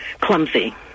clumsy